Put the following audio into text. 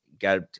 Got